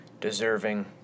deserving